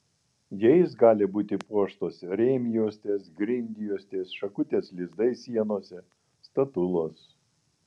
jais gali būti puoštos rėmjuostės grindjuostės šakutės lizdai sienose statulos